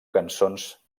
cançons